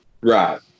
Right